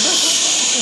בהצלחה.